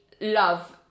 love